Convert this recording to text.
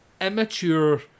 immature